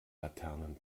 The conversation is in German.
laternen